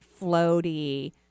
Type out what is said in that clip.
floaty